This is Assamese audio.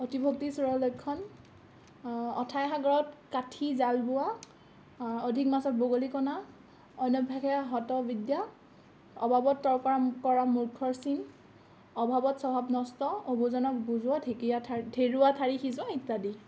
অতি ভক্তি চোৰৰ লক্ষণ অথাই সাগৰত কাঠি জাল বোৱা অধিক মাছত বগলী কণা অন্যভাসে হত বিদ্যা অবাবত কৰা মুৰ্খৰ চিন অভাৱত স্বভাৱ নষ্ট অবুজনক বুজোৱা ঢেকীয়া ঢেৰুৱা ঠাৰি সিজোৱা ইত্য়াদি